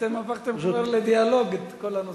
אתם הפכתם כבר לדיאלוג את כל הנושא הזה.